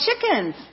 chickens